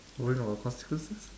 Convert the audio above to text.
worrying about consequences